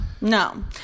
no